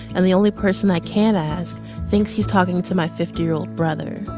and the only person i can ask thinks he's talking to my fifty year old brother.